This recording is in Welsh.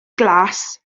glas